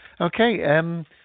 Okay